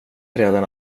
redan